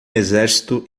exército